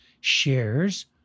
shares